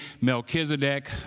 Melchizedek